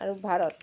আৰু ভাৰত